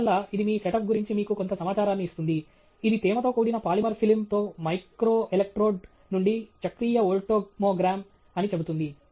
అందువల్ల ఇది మీ సెటప్ గురించి మీకు కొంత సమాచారాన్ని ఇస్తుంది ఇది తేమతో కూడిన పాలిమర్ ఫిల్మ్ తో మైక్రోఎలెక్ట్రోడ్ నుండి చక్రీయ వోల్టామోగ్రామ్ అని చెబుతుంది